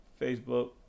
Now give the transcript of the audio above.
Facebook